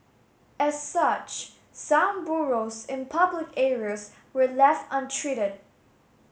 as such some burrows in public areas were left untreated